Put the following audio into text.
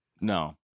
No